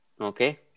Okay